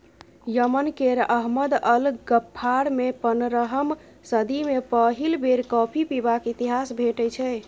Yemen केर Ahmad al गफ्फारमे पनरहम सदी मे पहिल बेर कॉफी पीबाक इतिहास भेटै छै